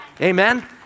Amen